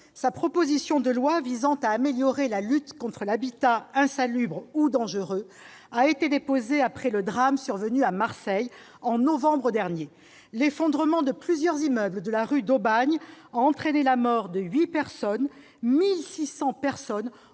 sa proposition de loi visant à améliorer la lutte contre l'habitat insalubre ou dangereux a été déposée après le drame survenu à Marseille en novembre dernier. L'effondrement de plusieurs immeubles de la rue d'Aubagne a entraîné la mort de 8 personnes et 1 600 habitants